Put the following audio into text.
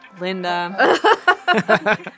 Linda